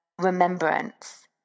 remembrance